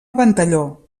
ventalló